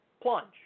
plunge